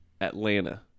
Atlanta